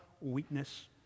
weakness